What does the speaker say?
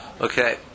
Okay